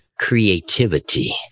creativity